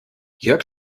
jörg